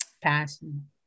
Passion